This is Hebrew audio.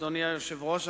אדוני היושב-ראש,